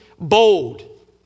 bold